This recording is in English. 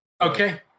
Okay